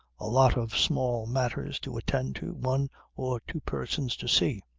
a lot of small matters to attend to, one or two persons to see.